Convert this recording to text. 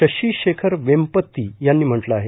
शशि शेखर वेंपती यांनी म्हटलं आहे